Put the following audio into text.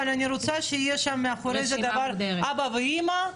אבל אני רוצה שיהיה שם מאחורי זה אבא ואימא.